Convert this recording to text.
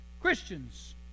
Christians